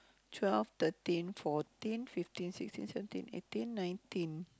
twelve thirteen fourteen fifteen sixteen seventeen eighteen nineteen